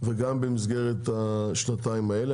וגם במסגרת השנתיים האלה.